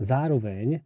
Zároveň